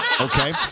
okay